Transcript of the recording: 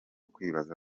kwibaza